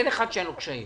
אין אחד שאין לו קשיים.